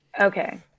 Okay